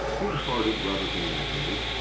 good-hearted rather than magnetic,